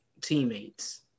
teammates